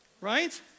Right